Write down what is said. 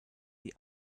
the